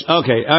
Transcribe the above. okay